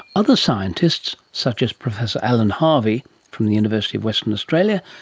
other scientists, such as professor alan harvey from the university of western australia,